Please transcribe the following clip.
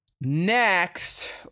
Next